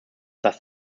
das